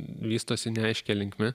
vystosi neaiškia linkme